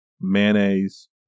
mayonnaise